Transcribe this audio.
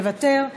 מוותר,